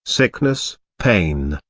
sickness, pain,